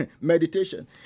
Meditation